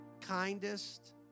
kindest